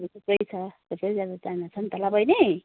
ठिकै छ त्यसरी जानु टाइम लाग्छ नि त ल बैनी